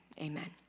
Amen